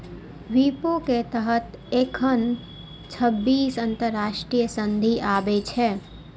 विपो के तहत एखन छब्बीस अंतरराष्ट्रीय संधि आबै छै